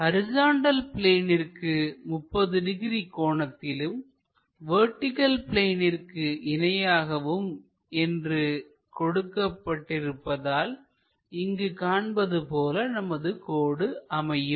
horizontal பிளேனிற்கு 30 degree கோணத்திலும்வெர்டிகள் பிளேனிற்கு இணையாகவும் என்று கொடுக்கப்பட்டிருப்பதால் இங்கு காண்பது போல நமது கோடு அமையும்